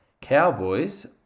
Cowboys